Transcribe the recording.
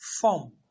form